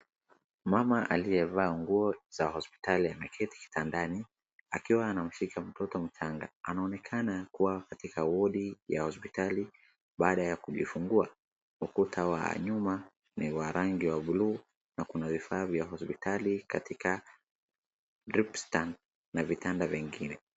Mama aliyevaa nguo za hospitali anaketi kitandani akiwa anamshika mtoto mchanga. Anaonekana kuwa katika wodi ya hospitali baada ya kujifungua. Ukuta wa nyuma ni wa rangi ya buluu na kuna vifaa vya hospitali katika dripstand na vitanda vingine.